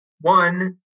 One